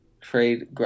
Trade